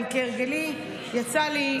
אבל כהרגלי יצא לי,